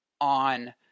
on